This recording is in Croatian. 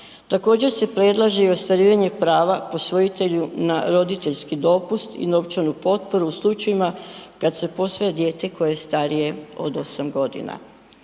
Također se predlaže i ostvarivanje prava posvojitelju na roditeljski dopust i novčanu potporu u slučajevima kad se posvaja dijete koje je starije od 8 godina.